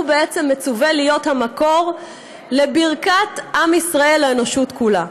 הוא בעצם מצֻווה להיות המקור לברכת עם ישראל לאנושות כולה.